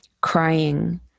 crying